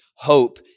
Hope